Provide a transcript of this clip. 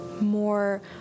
more